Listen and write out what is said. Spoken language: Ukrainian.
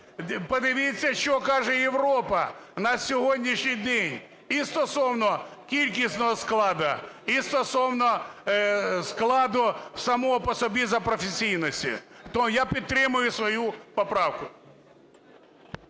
Подивіться, що каже Європа на сьогоднішній день і стосовно кількісного складу, і стосовно складу самого по собі професійності, тому я підтримую свою поправку.